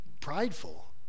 prideful